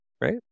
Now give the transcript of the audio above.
right